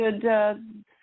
good